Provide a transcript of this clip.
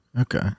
okay